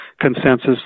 consensus